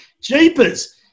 Jeepers